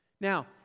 Now